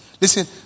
listen